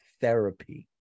therapy